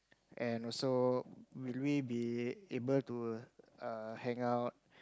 and also will we be able to err hang out